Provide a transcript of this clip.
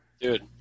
Dude